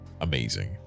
Amazing